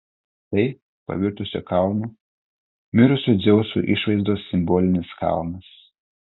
tai pavirtusio kalnu mirusio dzeuso išvaizdos simbolinis kalnas